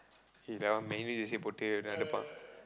he that one mainly we